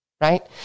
right